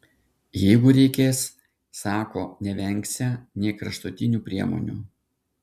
jeigu reikės sako nevengsią nė kraštutinių priemonių